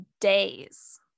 days